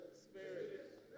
spirit